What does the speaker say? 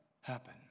happen